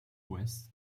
ouest